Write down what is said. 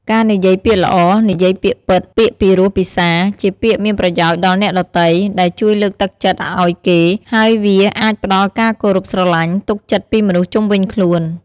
ការនិយាយពាក្យល្អ និយាយពាក្យពិត ពាក្យពីរោះពិសារ ជាពាក្យមានប្រយោជន៍ដល់អ្នកដទៃ ដែលជួយលើកទឹកចិត្តឱ្យគេ ហើយវាអាចផ្តល់ការគោរពស្រទ្បាញ់ ទុកចិត្តពីមនុស្សជុំវិញខ្លួន។